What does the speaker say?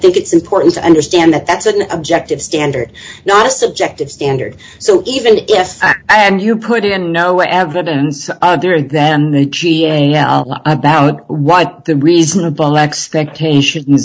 think it's important to understand that that's an objective standard not a subjective standard so even if you put it on no evidence other than about what the reasonable expectation